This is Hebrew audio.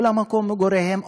או למקום מגוריהם,